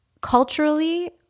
Culturally